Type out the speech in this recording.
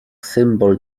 symbol